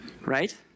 right